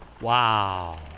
wow